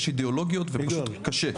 יש אידיאולוגיות ופשוט קשה.